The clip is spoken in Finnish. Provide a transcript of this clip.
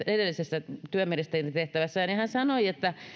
edellisessä työministerin tehtävässään hän sanoi että